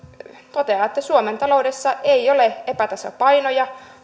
toteaa finanssipoliittisessa tiedotteessaan että suomen taloudessa ei ole epätasapainoja